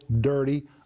dirty